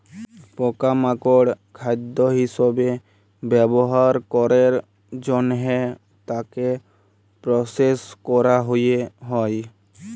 পকা মাকড় খাদ্য হিসবে ব্যবহার ক্যরের জনহে তাকে প্রসেস ক্যরা হ্যয়ে হয়